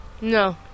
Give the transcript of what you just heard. No